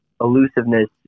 elusiveness